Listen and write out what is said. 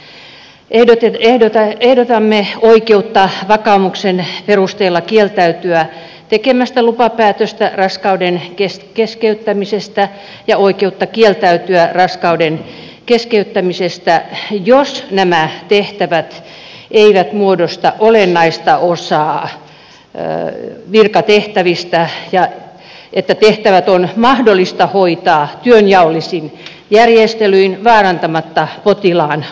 ehdotamme oikeutta vakaumuksen perusteella kieltäytyä tekemästä lupapäätöstä raskauden keskeyttämiselle ja oikeutta kieltäytyä raskauden keskeyttämisestä jos nämä tehtävät eivät muodosta olennaista osaa virkatehtävistä ja jos tehtävät on mahdollista hoitaa työnjaollisin järjestelyin vaarantamatta potilaan oikeuksia